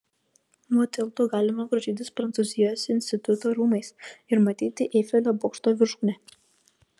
nuo tilto galima grožėtis prancūzijos instituto rūmais ir matyti eifelio bokšto viršūnę